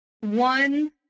One